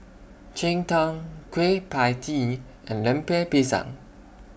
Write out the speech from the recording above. Cheng Tng Kueh PIE Tee and Lemper Pisang